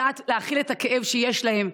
לדעת איך להכיל את הכאב שיש להם,